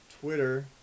Twitter